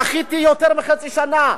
דחיתי יותר מחצי שנה.